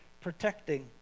protecting